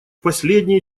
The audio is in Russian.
последние